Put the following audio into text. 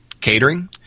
catering